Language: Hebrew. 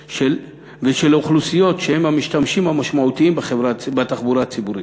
ואוכלוסיות שהם המשתמשים המשמעותיים בתחבורה הציבורית.